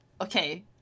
Okay